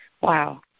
Wow